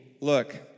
look